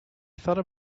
thought